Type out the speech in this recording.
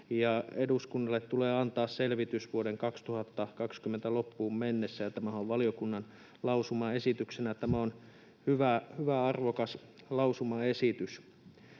Eduskunnalle tulee antaa selvitys vuoden 2023 loppuun mennessä, ja tämähän on valiokunnan lausumaesityksenä. Tämä on hyvä, arvokas lausumaesitys.